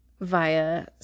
via